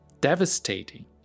devastating